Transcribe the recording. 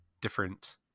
different